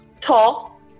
tall